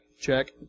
check